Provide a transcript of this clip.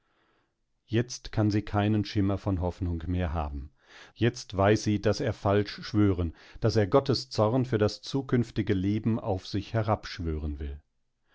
jetzt kann sie keinen schimmer von hoffnung mehr haben jetzt weiß sie daß er falsch schwören daß er gottes zorn für das zukünftige leben auf sich herabschwören will